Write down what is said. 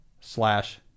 slash